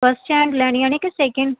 first hand ਲੈਣੀਆਂ ਨੇ ਕਿ ਸੈਕਿੰਡ